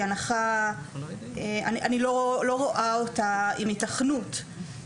אני לא רואה אותה עם היתכנות.